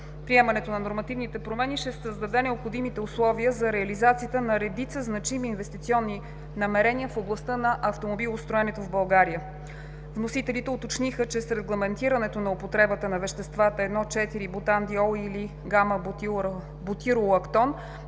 Приемането на нормативните промени ще създаде необходимите условия за реализацията на редица значими инвестиционни намерения в областта на автомобилостроенето в България. Вносителите уточниха, че с регламентирането на употребата на веществата 1,4 – бутан, диол или гама-бутиролактон,